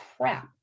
crap